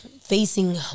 facing